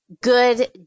good